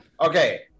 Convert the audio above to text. Okay